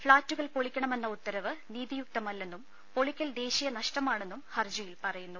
ഫ്ളാറ്റുകൾ പൊളിക്കണമെന്ന ഉത്തരവ് നീതിയുക്തമല്ലെന്നും പൊളിക്കൽ ദേശീയ നഷ്ടമാണെന്നും ഹർജിയിൽ പറയുന്നു